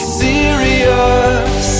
serious